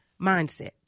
mindset